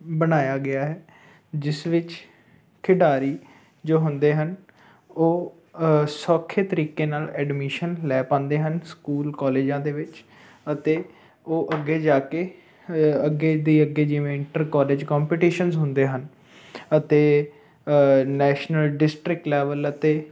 ਬਣਾਇਆ ਗਿਆ ਹੈ ਜਿਸ ਵਿੱਚ ਖਿਡਾਰੀ ਜੋ ਹੁੰਦੇ ਹਨ ਉਹ ਸੌਖੇ ਤਰੀਕੇ ਨਾਲ ਐਡਮਿਸ਼ਨ ਲੈ ਪਾਉਂਦੇ ਹਨ ਸਕੂਲ ਕਾਲਜਾਂ ਦੇ ਵਿੱਚ ਅਤੇ ਉਹ ਅੱਗੇ ਜਾ ਕੇ ਅੱਗੇ ਦੀ ਅੱਗੇ ਜਿਵੇਂ ਇੰਟਰ ਕਾਲਜ ਕੰਪਟੀਸ਼ਨਸ ਹੁੰਦੇ ਹਨ ਅਤੇ ਨੈਸ਼ਨਲ ਡਿਸਟਰਿਕ ਲੈਵਲ ਅਤੇ